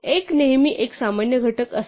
एक नेहमी एक सामान्य घटक असेल